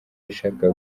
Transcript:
yashakaga